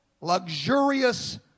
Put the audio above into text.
luxurious